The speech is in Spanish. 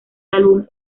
álbum